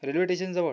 railway टेशनजवळ